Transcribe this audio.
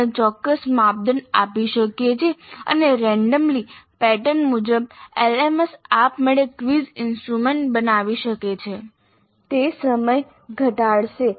આપણે ચોક્કસ માપદંડ આપી શકીએ છીએ અને રેન્ડમલી પેટર્ન મુજબ LMS આપમેળે ક્વિઝ ઇન્સ્ટ્રુમેન્ટ બનાવી શકે છે અને તે સમય ઘટાડશે